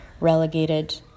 relegated